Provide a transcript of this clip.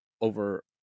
over